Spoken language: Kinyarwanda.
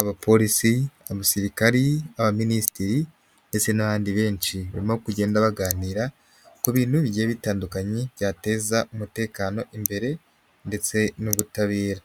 abapolisi, abasirikari, abaminisitiri, ndetse n'abandi benshi barimo kugenda baganira ku bintu bigiye bitandukanye byateza umutekano imbere ndetse n'ubutabera.